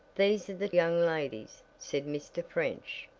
these are the young ladies, said mr. french,